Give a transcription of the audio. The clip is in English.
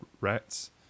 rats